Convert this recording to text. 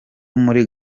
muri